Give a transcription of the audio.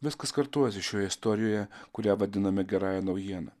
viskas kartojasi šioje istorijoje kurią vadiname gerąja naujiena